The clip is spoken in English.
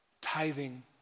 Tithing